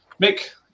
Mick